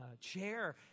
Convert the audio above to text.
chair